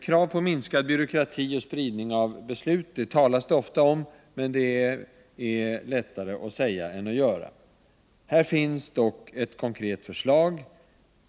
Krav på minskad byråkrati och spridning av beslut talas det ju ofta om, men detta är lättare att säga än att göra. Här finns dock ett konkret förslag.